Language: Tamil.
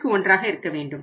51 ஆக இருக்க வேண்டும்